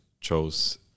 chose